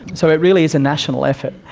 so it really is a national effort.